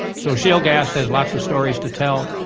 so shale gas has lots of stories to tell,